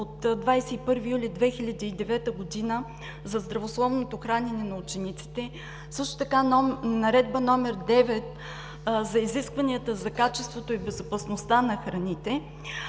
от 21 юли 2009 г. за здравословното хранене на учениците, също така Наредба № 9 за изискванията за качеството и безопасността на храните.